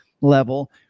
level